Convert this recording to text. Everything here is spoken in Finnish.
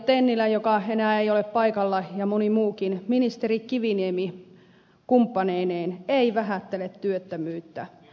tennilä joka ei enää ole paikalla ja moni muukin ministeri kiviniemi kumppaneineen ei vähättele työttömyyttä